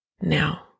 now